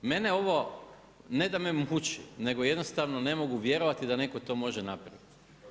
Mene ovo ne da me muči nego jednostavno ne mogu vjerovati da neko to može napraviti.